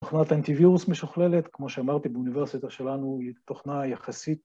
תוכנת אנטיווירוס משוכללת, כמו שאמרתי באוניברסיטה שלנו היא תוכנה יחסית.